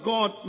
God